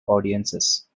audiences